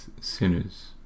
sinners